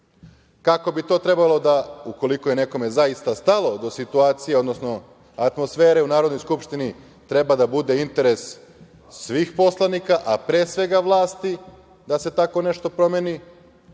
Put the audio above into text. kako bi to trebalo, ukoliko je nekome zaista stalo do situacije, odnosno atmosfere u u Narodnoj skupštini, treba da bude interes svih poslanika, a pre svega vlasti da se tako nešto promeni. Pa